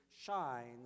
shines